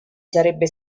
sarebbe